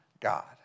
God